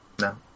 No